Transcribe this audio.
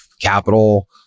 capital